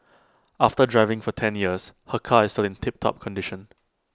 after driving for ten years her car is still in tiptop condition